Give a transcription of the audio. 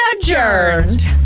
adjourned